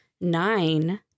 nine